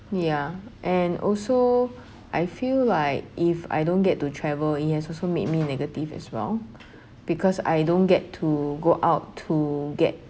ya and also I feel like if I don't get to travel it has also made me negative as well because I don't get to go out to get